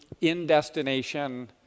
in-destination